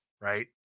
right